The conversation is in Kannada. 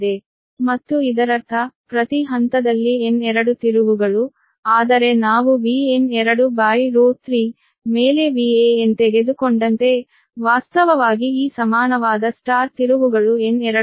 ಮತ್ತು ಇದರರ್ಥ ಪ್ರತಿ ಹಂತದಲ್ಲಿ N2 ತಿರುವುಗಳು ಆದರೆ ನಾವು V N23 ಮೇಲೆ VAn ತೆಗೆದುಕೊಂಡಂತೆ ವಾಸ್ತವವಾಗಿ ಈ ಸಮಾನವಾದ Y ತಿರುವುಗಳು N23